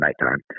nighttime